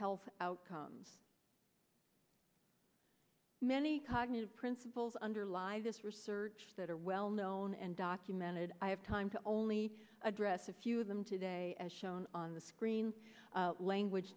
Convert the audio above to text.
health outcomes many cognitive principles underlie this research that are well known and documented i have time to only address a few of them today as shown on the screen language